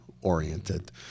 oriented